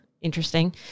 interesting